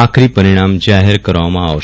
આખરી પરિણામ જાહેર કરવામાં આવશે